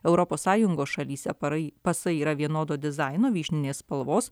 europos sąjungos šalyse farai pasai yra vienodo dizaino vyšninės spalvos